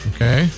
Okay